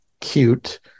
cute